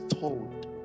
told